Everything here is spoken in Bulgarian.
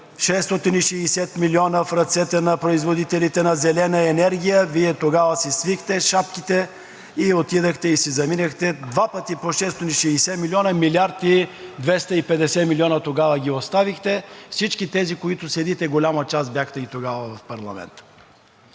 660 милиона в ръцете на производителите на зелена енергия, Вие тогава си свихте шапките и отидохте, и си заминахте. Два пъти по 660 милиона – 1 милиард 250 милиона тогава ги оставихте. Всички тези, които седите – голяма част бяхте и тогава в парламента.